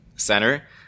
center